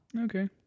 Okay